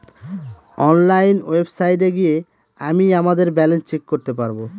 online ওয়েবসাইটে গিয়ে আমিই আমাদের ব্যালান্স চেক করতে পারবো